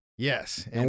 Yes